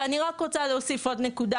ואני רק רוצה להוסיף עוד נקודה.